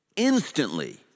Instantly